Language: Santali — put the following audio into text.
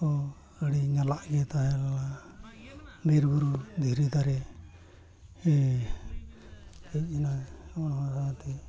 ᱦᱚᱸ ᱟᱹᱰᱤ ᱧᱟᱞᱟᱜ ᱜᱮ ᱛᱟᱦᱮᱸ ᱞᱮᱱᱟ ᱵᱤᱨᱼᱵᱩᱨᱩ ᱫᱷᱤᱨᱤ ᱫᱟᱨᱮ ᱦᱮᱡ ᱮᱱᱟ ᱟᱵᱚ ᱱᱚᱣᱟ ᱥᱟᱶᱛᱮ